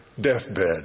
deathbed